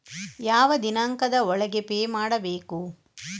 ಯಾವ ದಿನಾಂಕದ ಒಳಗೆ ಪೇ ಮಾಡಬೇಕು?